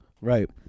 Right